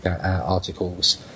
articles